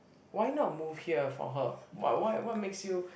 why not move here for her !wah! what makes you